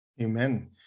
Amen